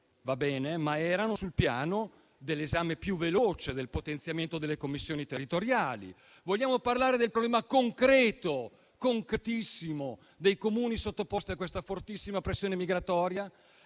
ma erano sul piano dell'esame più veloce, del potenziamento delle commissioni territoriali. Se vogliamo parlare del problema concreto, anzi concretissimo dei Comuni sottoposti a questa fortissima pressione migratoria,